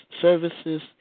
services